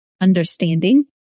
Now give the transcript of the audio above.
understanding